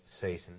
Satan